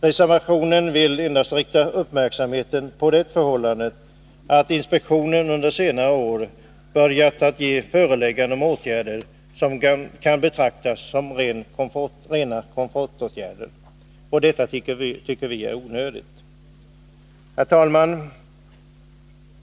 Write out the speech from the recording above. Reservationen vill endast rikta uppmärksamheten på det förhållandet att inspektionen under senare år börjat ge föreläggande om åtgärder som kan betraktas som rena ”komfortåtgärder”. Detta tycker vi är onödigt. Herr talman!